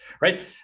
right